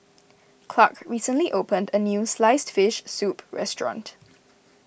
Clarke recently opened a new Sliced Fish Soup restaurant